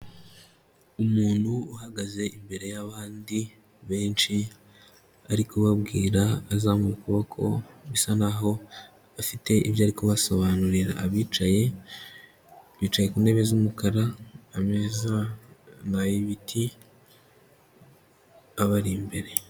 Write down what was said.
Umuntu uhagaze imbere y'abandi benshi ari kubabwira azamuye ukuboko bisa naho afite ibyo ari kubasobanurira, abicaye bicaye ku ntebe z'umukara ameza ni ay'ibiti abari imbere.